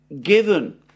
given